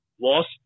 Lost